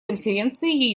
конференции